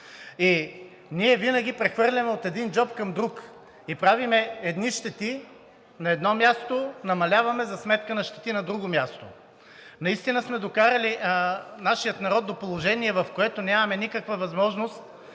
Ние винаги прехвърляме от един джоб към друг. Правим едни щети на едно място, намаляваме щети за сметка на друго място. Наистина сме докарали нашия народ до положение, в което нямаме никаква възможност